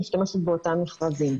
משתמשת באותם מכרזים.